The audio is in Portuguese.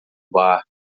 bar